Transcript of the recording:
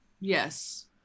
yes